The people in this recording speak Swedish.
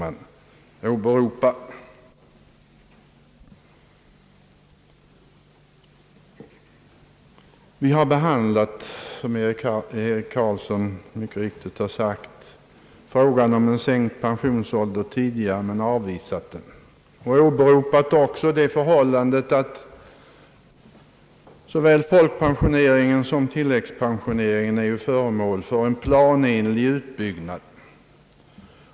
Som herr Eric Carlsson mycket riktigt sagt, har vi tidigare behandlat frågan om sänkt pensionsålder men avvisat förslaget och då även åberopat det förhållandet, att såväl folkpensioneringen som tillläggspensioneringen är föremål för en planenlig utbyggnad.